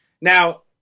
Now